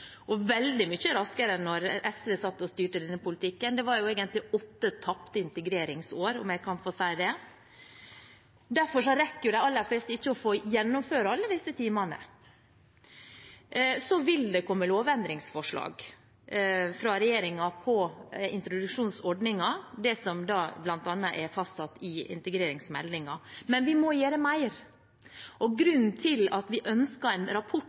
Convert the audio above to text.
raskere, veldig mye raskere enn da SV styrte denne politikken. Det var egentlig åtte tapte integreringsår, om jeg kan få si det. Derfor rekker de aller fleste ikke å få gjennomført alle disse timene. Det vil komme lovendringsforslag fra regjeringen om introduksjonsordningen, bl.a. det som er fastsatt i integreringsmeldingen. Men vi må gjøre mer, og grunnen til at vi ønsket en rapport